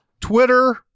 twitter